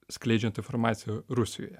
skleidžiant informaciją rusijoje